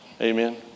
Amen